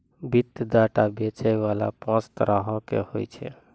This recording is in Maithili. वित्तीय डेटा बेचै बाला पांच तरहो के होय छै